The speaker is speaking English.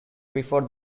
before